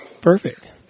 Perfect